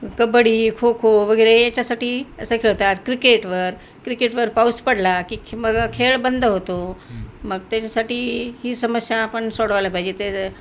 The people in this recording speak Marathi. कबड्डी खोखो वगैरे याच्यासाठी असं खेळतात क्रिकेटवर क्रिकेटवर पाऊस पडला की ख मग खेळ बंद होतो मग त्याच्यासाठी ही समस्या आपण सोडवायला पाहिजे ते